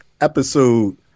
episode